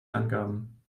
angaben